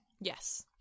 Yes